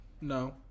no